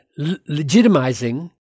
legitimizing